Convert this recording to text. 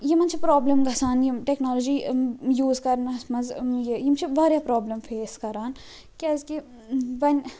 یِمن چھِ پرٛابلم گَژھان یِم ٹیٚکنالوجی یوٗز کرنَس مَنٛز یہِ یم چھِ واریاہ پرٛابلم فیس کران کیٛازکہِ وۄنۍ